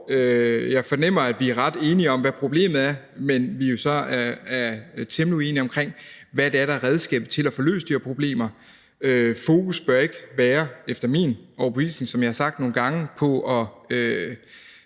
Jeg fornemmer, at vi er ret enige om, hvad problemet er, men at vi så er temmelig uenige om, hvad det er, der er redskabet til at få løst de her problemer. Fokus bør, som jeg har sagt nogle gange, efter